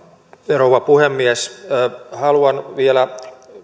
rouva puhemies haluan vielä